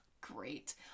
great